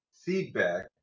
feedback